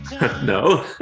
no